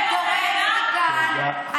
יוכלו לגנוב את האדמות שלהם.